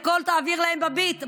תעביר את הכול בביט,